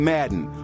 Madden